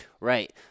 right